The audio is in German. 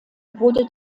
wurde